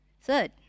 Third